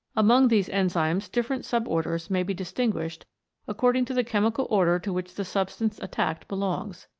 among these enzymes different sub-orders may be distinguished according to the chemical order to which the substance attacked belongs.